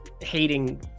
hating